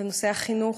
בנושא החינוך.